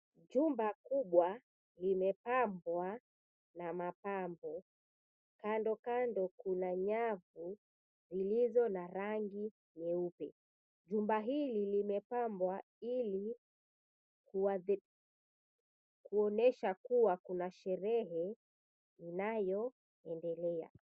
Jumba kubwa limepambwa na mapambo. Kando kando kuna nyavu zilizo na rangi nyeupe. Jumba hili limepambwa ili kuonyesha kuwa kuna sherehe inayoendelea.